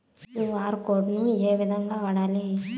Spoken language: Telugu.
క్యు.ఆర్ కోడ్ ను ఏ విధంగా వాడాలి?